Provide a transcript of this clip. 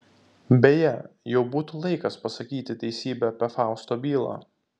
beje jau būtų laikas pasakyti teisybę apie fausto bylą